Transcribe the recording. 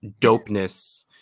dopeness